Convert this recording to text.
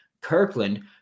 Kirkland